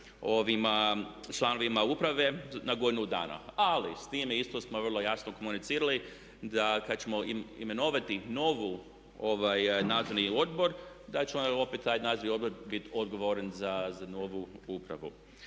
mandat članovima uprave na godinu dana. Ali s time isto smo vrlo jasno komunicirali da kada ćemo imenovati novi nadzorni odbor da će opet taj nadzorni odbor biti odgovoran za novu upravu.